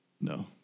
No